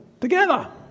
together